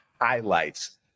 Highlights